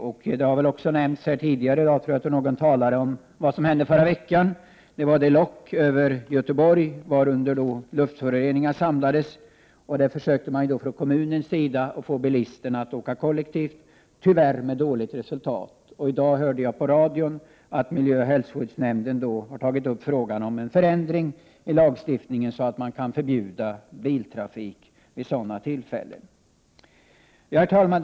Jag tror att någon talare tidigare i dag också har nämnt vad som hände förra veckan. Det var ett lock över Göteborg, varunder luftföroreningar samlades. Man försökte från kommunens sida få bilisterna att åka kollektivt — tyvärr med dåligt resultat. I dag hörde jag på radion att miljöoch hälsovårdsnämnden i Göteborg har tagit upp frågan om en förändring i lagstiftningen så att man kan förbjuda biltrafik vid sådana tillfällen. Herr talman!